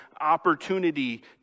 opportunity